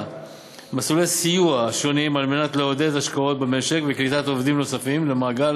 מסלולי סיוע שונים על מנת לעודד השקעות במשק וקליטת עובדים נוספים למעגל